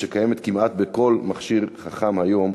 שקיימת כמעט בכל מכשיר חכם היום,